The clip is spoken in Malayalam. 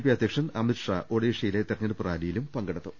പി അധ്യ ക്ഷൻ അമിത്ഷാ ഒഡീഷയിലെ തെരഞ്ഞെടുപ്പ് റാലിയിലും പങ്കെ ടുത്തു